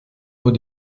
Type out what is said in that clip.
vos